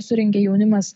surengė jaunimas